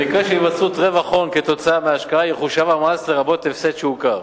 במקרה של היווצרות רווח הון כתוצאה מההשקעה יחושב המס לרבות הפסד שהוכר.